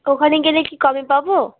ওখানে গেলে কি কমে পাবো